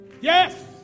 Yes